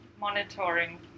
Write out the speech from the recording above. monitoring